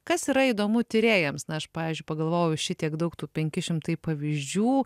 kas yra įdomu tyrėjams na aš pavyzdžiui pagalvojau šitiek daug tų penki šimtai pavyzdžių